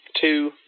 Two